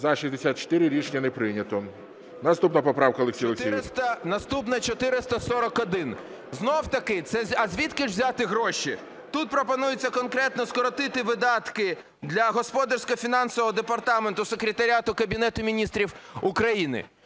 За-64 Рішення не прийнято. Наступна поправка, Олексій Олексійович. 10:09:23 ГОНЧАРЕНКО О.О. Наступна 441. Знов таки, а звідки ж взяти гроші? Тут пропонується конкретно скоротити видатки для господарсько-фінансового департаменту Секретаріату Кабінет Міністрів України.